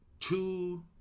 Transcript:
two